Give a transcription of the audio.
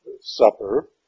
supper